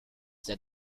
said